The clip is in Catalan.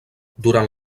durant